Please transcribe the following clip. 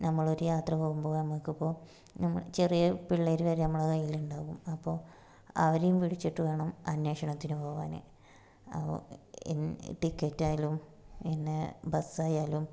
നമ്മളൊരു യാത്ര പോവുമ്പോൾ നമുക്കിപ്പം നമ്മ ചെറിയ പിള്ളേർ വരെ നമ്മുടെ കയ്യിലുണ്ടാവും അപ്പോൾ അവരെയും പിടിച്ചിട്ട് വേണം അന്വേഷണത്തിന് പോവാൻ അവൊ എ ടിക്കറ്റ് ആയാലും പിന്നെ ബസ് ആയാലും